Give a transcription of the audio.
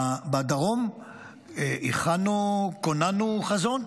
בדרום כוננו חזון,